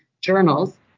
journals